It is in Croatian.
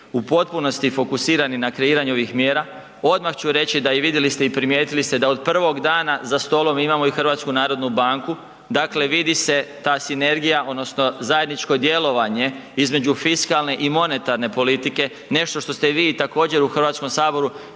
u potpunosti fokusirani na kreiranje ovih mjera. Odmah ću reći da i vidjeli ste i primijetili ste od prvog dana za stolom imamo i HNB, dakle vidi se ta sinergija odnosno zajedničko djelovanje između fiskalne i monetarne politike, nešto što ste i vi također u Hrvatskom saboru